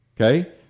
Okay